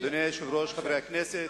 אדוני היושב-ראש, חברי הכנסת,